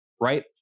Right